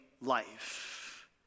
life